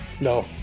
No